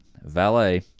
Valet